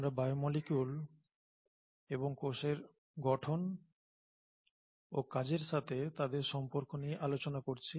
আমরা বায়োমোলিকুল এবং কোষের গঠন ও কাজের সাথে তাদের সম্পর্ক নিয়ে আলোচনা করছি